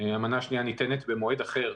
המנה השנייה ניתנת במועד אחר,